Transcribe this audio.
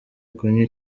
kunywa